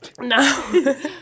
No